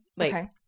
Okay